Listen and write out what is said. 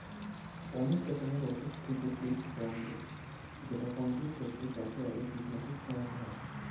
অনেক রকমের অসুখ থেকে সিল্ক বর্মদের যেটা কন্ট্রোল করতে চাষের আগে কীটনাশক ছড়াতে হয়